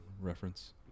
reference